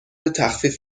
تخفیف